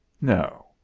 no